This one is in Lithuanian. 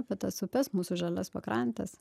apie tas upes mūsų žalias pakrantes